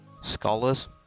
Scholars